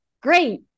Great